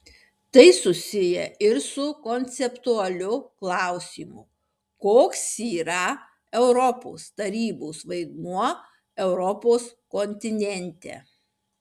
tai susiję ir su konceptualiu klausimu koks yra europos tarybos vaidmuo europos kontinente